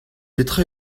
petra